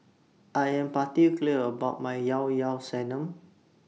I Am particular about My Yao Yao Sanum